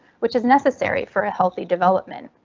which is necessary for ah healthy development.